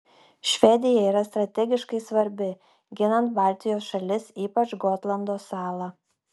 švedija yra strategiškai svarbi ginant baltijos šalis ypač gotlando sala